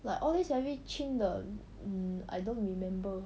like all this very chim 的 hmm I don't remember